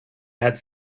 had